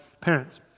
parents